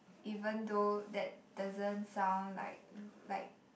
even though that doesn't sound like like